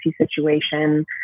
situation